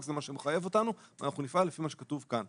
זה מה שמחייב אותנו ואנחנו נפעל לפי מה שכתוב כאן.